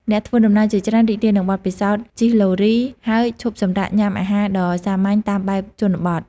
អ្នកធ្វើដំណើរជាច្រើនរីករាយនឹងបទពិសោធន៍ជិះឡូរី ហើយឈប់សម្រាកញ៉ាំអាហារដ៏សាមញ្ញតាមបែបជនបទ។